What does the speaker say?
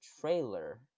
trailer